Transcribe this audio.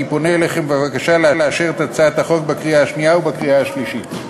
אני פונה אליכם בבקשה לאשר את הצעת החוק בקריאה השנייה ובקריאה השלישית.